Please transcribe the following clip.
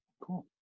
cool